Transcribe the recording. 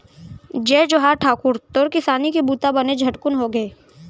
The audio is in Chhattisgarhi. जय जोहार ठाकुर, तोर किसानी के बूता बने झटकुन होगे?